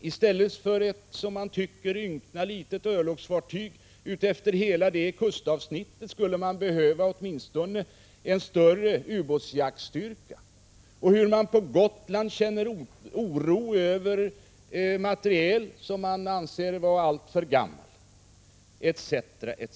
I stället för ett, som man tycker, ynka örlogsfartyg utefter hela detta kustavsnitt skulle man behöva åtminstone en större ubåtsjaktsstyrka. De behöver få veta att man på Gotland känner oro över materiel som man anser vara alltför gammal —- etc., etc.